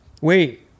wait